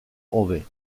hobe